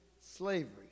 slavery